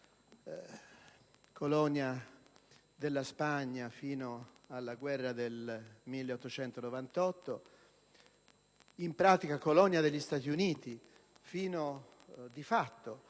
colonia della Spagna fino alla guerra del 1898; in pratica colonia degli Stati Uniti, di fatto